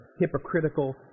hypocritical